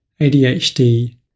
ADHD